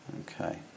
Okay